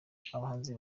abahanzi